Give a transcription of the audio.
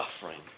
suffering